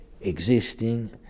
existing